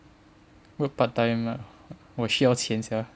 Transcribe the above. work part time lah 我需要钱 sia